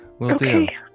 Okay